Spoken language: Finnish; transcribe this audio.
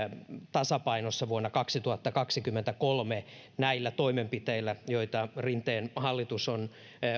tasapainossa vuonna kaksituhattakaksikymmentäkolme näillä toimenpiteillä joita rinteen hallitus on